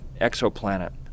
exoplanet